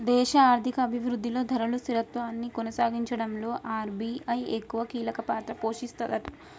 దేశ ఆర్థిక అభివృద్ధిలో ధరలు స్థిరత్వాన్ని కొనసాగించడంలో ఆర్.బి.ఐ ఎక్కువ కీలక పాత్ర పోషిస్తదట